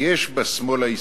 יש בשמאל הישראלי.